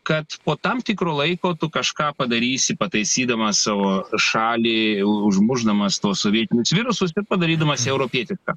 kad po tam tikro laiko tu kažką padarysi pataisydamas savo šalį užmušdamas tuos sovietinius virusus ir padarydamas ja europietiška